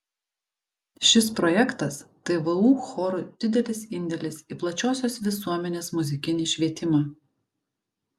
šis projektas tai vu chorų didelis indėlis į plačiosios visuomenės muzikinį švietimą